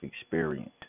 experience